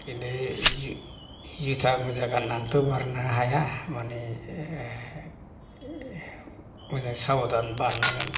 बेनो जुथा मुजा गाननानैथ' बारनो हाया माने मोजां साब'धान बारनांगोन